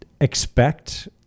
expect